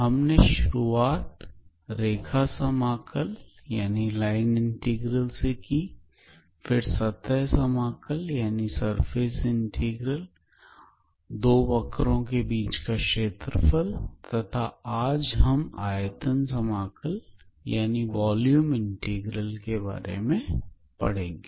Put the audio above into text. हमने शुरुआत रेखा समाकल से की फिर सतह समाकल दो वक्रों के बीच का क्षेत्रफल तथा आज हम आयतन समाकल के बारे में पढ़ेंगे